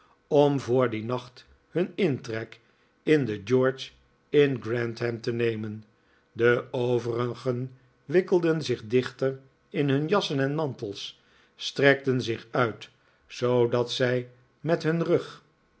om voor dien nacht hun intrek in de george in grantham te nemen de overigen wikkelden zich dichter in hun jassen en mantels strekten zich uit zoodat zij met hun rug